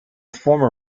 former